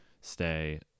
stay